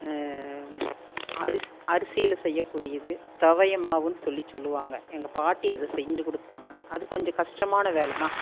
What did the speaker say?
அர்ஸ் அரிசியில் செய்யக்கூடியது துவய மாவுன்னு சொல்லி சொல்லுவாங்க எங்கள் பாட்டி அது செஞ்சு கொடுப்பாங்க அது கொஞ்சம் கஷ்டமான வேலை தான்